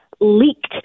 leaked